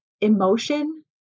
emotion